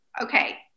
Okay